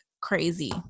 crazy